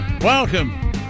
welcome